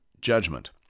judgment